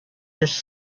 his